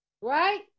right